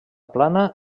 plana